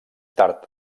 tard